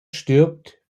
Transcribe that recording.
stirbt